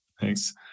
Thanks